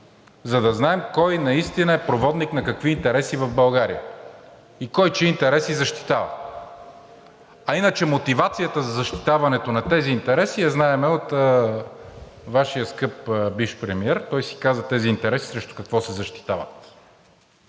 за да знаем кой наистина е проводник на какви интереси в България и кой чии интереси защитава! А иначе мотивацията за защитаването на тези интереси я знаем от Вашия скъп бивш премиер – той си каза тези интереси срещу какво се защитават.